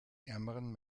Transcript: ärmeren